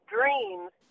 dreams